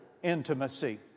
intimacy